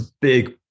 big